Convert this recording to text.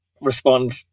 respond